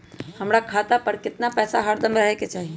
हमरा खाता पर केतना पैसा हरदम रहे के चाहि?